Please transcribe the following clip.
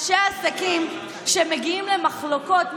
אנשי העסקים שמגיעים למחלוקות,